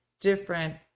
different